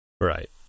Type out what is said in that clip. right